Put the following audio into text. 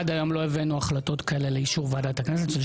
עד היום לא הבאנו החלטות כאלה של שעת סיום לאישור ועדת הכנסת.